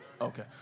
Okay